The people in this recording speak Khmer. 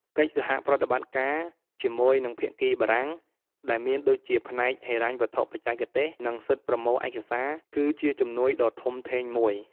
កិច្ចសហប្រតិបត្តិការជាមួយនឹងភាគីបារំាង ដែលមានដូចជាផ្នែកហិរញ្ញវត្ថុបច្ចេកទេស និងសិទ្ធប្រមូលឯកសារ គឺជាជំនួយដ៏ធំធេងមួយ។